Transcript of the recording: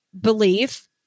belief